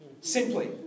Simply